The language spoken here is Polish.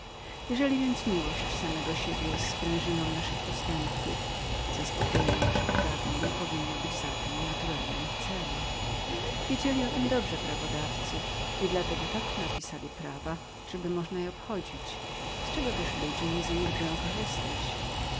jeżeli więc miłość samego siebie jest główną sprężyną naszych postępków zaspokojeniem naszych żądz powinna być zatem koniecznym jej celem znali to dobrze prawodawcy i dla tego tak napisali prawa żeby można je podchodzić omijać z czego też ludzie nie zaniedbują korzystać